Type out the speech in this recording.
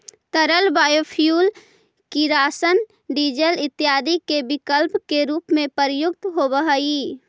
तरल बायोफ्यूल किरासन, डीजल इत्यादि के विकल्प के रूप में प्रयुक्त होवऽ हई